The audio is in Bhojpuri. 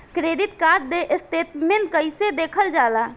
क्रेडिट कार्ड स्टेटमेंट कइसे देखल जाला?